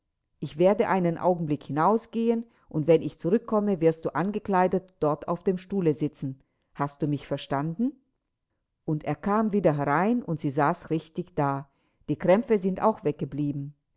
ich werde einen augenblick hinausgehen und wenn ich zurückkomme wirst du angekleidet dort auf dem stuhle sitzen hast du mich verstanden und er kam wieder herein und sie saß richtig da die krämpfe sind auch weggeblieben